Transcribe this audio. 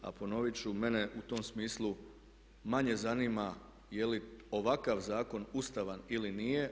A ponoviti ću mene u tom smislu manje zanima je li ovakav zakon ustavan ili nije.